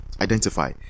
identify